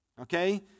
okay